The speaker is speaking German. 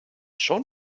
schon